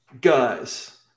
Guys